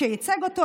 שייצג אותו,